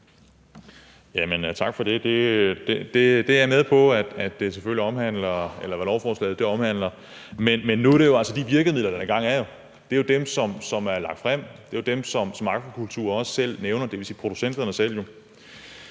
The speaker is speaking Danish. Tak for det. Det er jeg med på, altså hvad lovforslaget omhandler, men det er jo altså de virkemidler, der nu engang er. Det er jo dem, som er lagt frem; det er dem, som Dansk Akvakultur også selv nævner, dvs. producenterne selv.